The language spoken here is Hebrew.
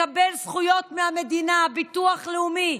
הוא מקבל זכויות מהמדינה: ביטוח לאומי,